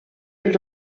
els